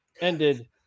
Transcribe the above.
ended